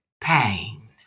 pain